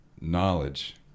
knowledge